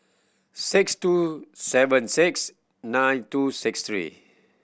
six two seven six nine two six three